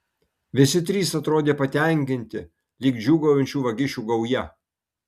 visi trys atrodė patenkinti lyg džiūgaujančių vagišių gauja